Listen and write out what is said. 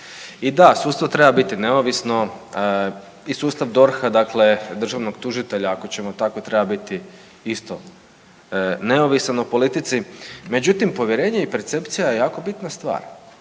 I da sustav treba biti neovisno i sustav DORH-a dakle državnog tužitelja ako ćemo tako treba biti isto neovisan u politici. Međutim, povjerenje i percepcija je jako bitna stvar.